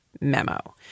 memo